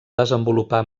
desenvolupar